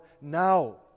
now